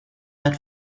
that